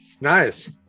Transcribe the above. Nice